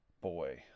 boy